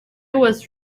was